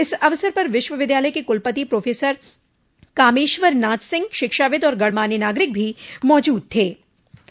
इस अवसर पर विश्वविद्यालय के कुलपति प्रोफेसर कामेश्वरनाथ सिंह शिक्षाविद और गणमान्य नागरिक भी मौजूद थे